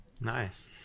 nice